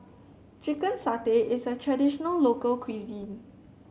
Chicken Satay is a traditional local cuisine